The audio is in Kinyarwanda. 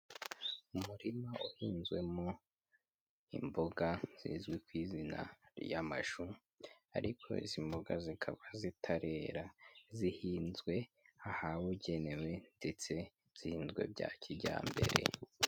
Umurima uhinzwemo imboga zizwi ku izina ry'amashu, ariko izi mboga zikaba zitarera, zihinzwe ahabugenewe ndetse zihinzwe bya kijyambere.